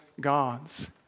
gods